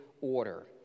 order